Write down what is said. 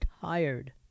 tired